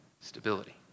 stability